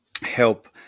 help